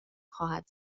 خواهد